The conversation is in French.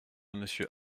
monsieur